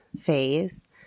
phase